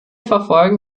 verfolgen